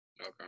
Okay